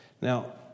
Now